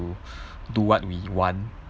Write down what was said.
to do what we want